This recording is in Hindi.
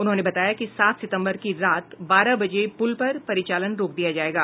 उन्होंने बताया कि सात सितम्बर की रात बारह बजे पुल पर परिचालन रोक दिया जायेगा